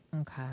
Okay